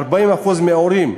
40% מההורים,